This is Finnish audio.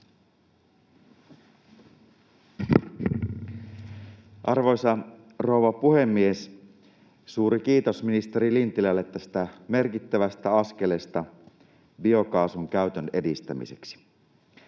Arvoisa rouva puhemies! Suuri kiitos ministeri Lintilälle tästä merkittävästä askelesta biokaasun käytön edistämiseksi.